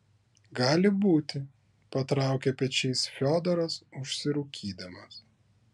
gali būti patraukė pečiais fiodoras užsirūkydamas